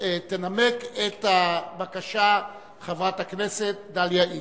תנמק את הבקשה חברת הכנסת דליה איציק.